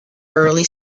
early